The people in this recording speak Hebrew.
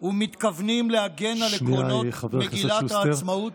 ומתכוונים להגן על עקרונות מגילת העצמאות,